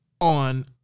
On